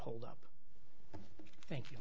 hold up thank you